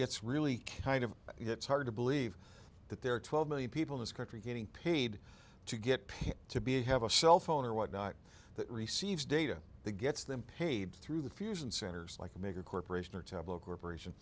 gets really kind of hits hard to believe that there are twelve million people in this country getting paid to get paid to be have a cell phone or whatnot that receives data that gets them paid through the fusion centers like a major corporation or tablo corporation